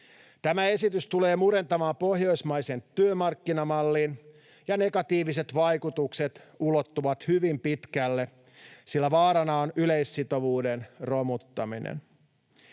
Tämä esitys tulee murentamaan pohjoismaisen työmarkkinamallin, ja negatiiviset vaikutukset ulottuvat hyvin pitkälle, sillä vaarana on yleissitovuuden romuttaminen.